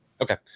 Okay